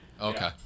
okay